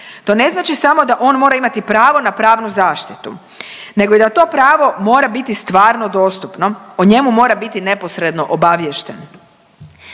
To ne znači samo da on mora imati pravo na pravnu zaštitu nego i da to pravo mora biti stvarno dostupno, o njemu mora biti neposredno obaviješten.